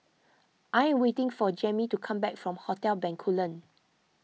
I am waiting for Jammie to come back from Hotel Bencoolen